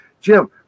jim